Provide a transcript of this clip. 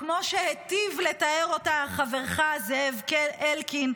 כמו שהיטיב לתאר אותה חברך זאב אלקין,